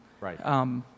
Right